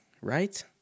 Right